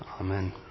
Amen